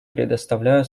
предоставляю